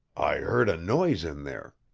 i heard a noise in there.